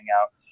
out